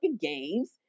games